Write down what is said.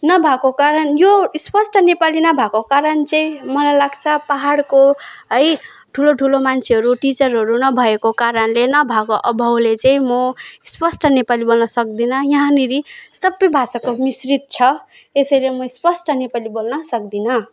नभएको कारण यो स्पष्ट नेपाली नभएको कारण चाहिँ मलाई लाग्छ पाहाडको है ठुलो ठुलो मान्छेहरू टिचरहरू नभएको कारणले नभएको अभावले चाहिँ म स्पष्ट नेपाली बोल्न सक्दिनँ यहाँनेरि सबै भाषाको मिश्रित छ यसैले म स्पष्ट नेपाली बोल्न सक्दिनँ